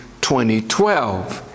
2012